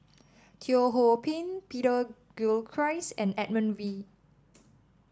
Teo Ho Pin Peter Gilchrist and Edmund Wee